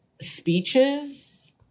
speeches